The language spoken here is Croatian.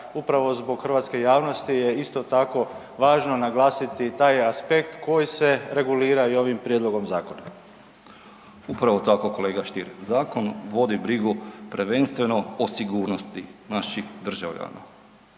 upravo zbog hrvatske javnosti je isto tako važno naglasiti taj aspekt koji se regulira ovim prijedlogom zakona. **Stričak, Anđelko (HDZ)** Upravo tako kolega Stier, zakon vodi brigu prvenstveno o sigurnosti naših državljana,